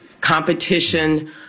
Competition